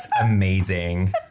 amazing